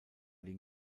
den